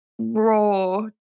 raw